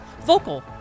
vocal